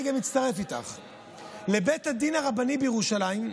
לבית הדין הרבני בירושלים,